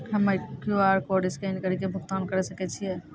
हम्मय QR code scan कड़ी के भुगतान करें सकय छियै?